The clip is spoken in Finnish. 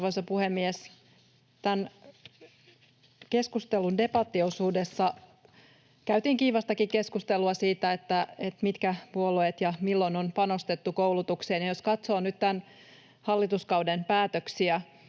Arvoisa puhemies! Tämän keskustelun debattiosuudessa käytiin kiivastakin keskustelua siitä, mitkä puolueet ovat panostaneet ja milloin on panostettu koulutukseen. Jos katsoo nyt tämän hallituskauden päätöksiä,